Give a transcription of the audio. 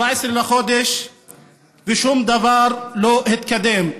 והיום אנחנו עומדים ב-17 בחודש ושום דבר לא התקדם.